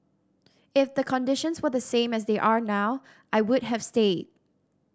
if the conditions were the same as they are now I would have stayed